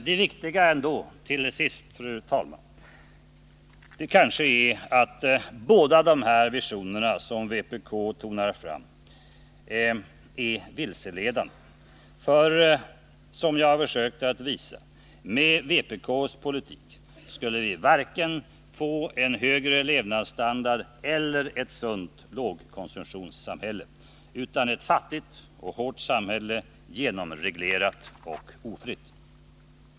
Det viktigaste i sammanhanget är kanske ändå att de båda visioner som vpk frammanar är vilseledande. Som jag har försökt visa skulle vi nämligen med vpk:s politik varken få en högre levnadsstandard eller ett sunt lågkonsumtionssamhälle, utan ett fattigt och hårt samhälle, genomreglerat och ofritt.